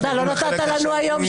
ואז היית פותר להם את הבעיה.